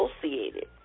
associated